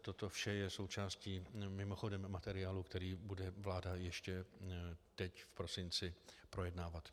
toto vše je součástí mimochodem materiálu, který bude vláda ještě teď v prosinci projednávat.